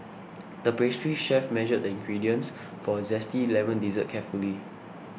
the pastry chef measured the ingredients for a Zesty Lemon Dessert carefully